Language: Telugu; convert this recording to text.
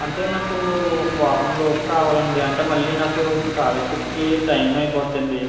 అంటే నాకు ఒక వారం లోపు కావాలండి అంటే మళ్ళీ నాకు స్కాలర్షిప్కి టైమ్ అయిపోతుందండి